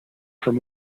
from